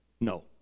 no